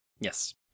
Yes